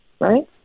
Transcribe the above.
right